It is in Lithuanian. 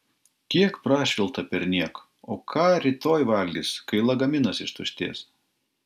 kiek prašvilpta perniek o ką rytoj valgys kai lagaminas ištuštės